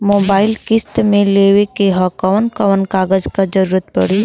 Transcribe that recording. Mobile किस्त मे लेवे के ह कवन कवन कागज क जरुरत पड़ी?